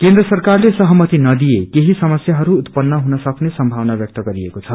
केन्द्र सरकारले सहमति नदिए केही समस्याहरू उत्पन्न हुन सक्ने संभावना व्यक्त गरिएको छ